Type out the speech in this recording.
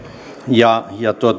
ja